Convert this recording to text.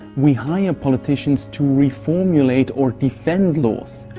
we hire politicians to reformulate or defend laws.